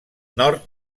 nord